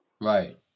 Right